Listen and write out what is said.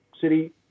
city